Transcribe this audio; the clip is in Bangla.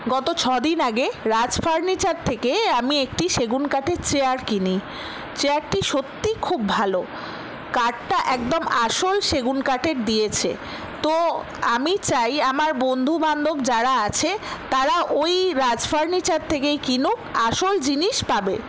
গত ছ দিন আগে রাজ ফার্নিচার থেকে আমি একটি সেগুন কাঠের চেয়ার কিনি চেয়ারটি সত্যিই খুব ভালো কাঠটা একদম আসল সেগুন কাঠের দিয়েছে তো আমি চাই আমার বন্ধু বান্ধব যারা আছে তারা ওই রাজ ফার্নিচার থেকেই কিনুক আসল জিনিস পাবে